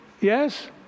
Yes